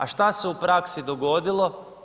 A šta se u praksi dogodilo?